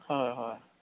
হয় হয়